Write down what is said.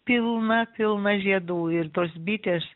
pilna pilna žiedų ir tos bitės